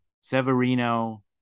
Severino